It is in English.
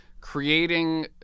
creating